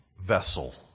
vessel